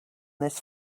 this